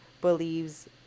believes